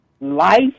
life